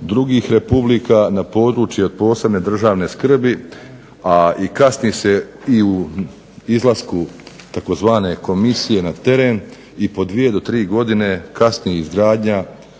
drugih republika na područje od posebne državne skrbi, a i kasni se i u izlasku tzv. komisije na teren i po 2 do 3 godine kasni izgradnja